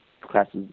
classes